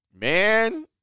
man